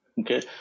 okay